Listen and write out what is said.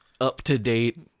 up-to-date